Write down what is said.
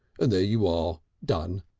and there you are! done!